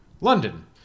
London